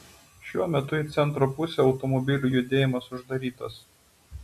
šiuo metu į centro pusę automobilių judėjimas uždarytas